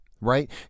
Right